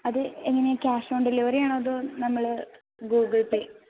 അത് എങ്ങനെയാണോ cash on delivery ആണോ അതോ നമ്മൾ ഗൂഗിൾ പേ